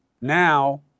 Now